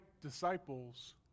disciples